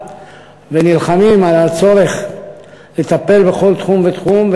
ונלחמים על הצורך לטפל בכל תחום ותחום,